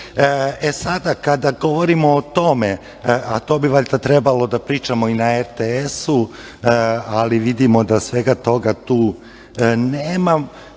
kada govorimo o tome, a to bi valjda trebalo da pričamo i na RTS-u, ali vidimo da od svega toga tu nema,